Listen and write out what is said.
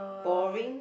boring